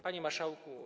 Panie Marszałku!